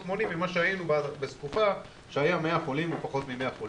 מונים ממה שהיינו בתקופה שהיו 100 חולים או פחות מ-100 חולים,